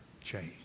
change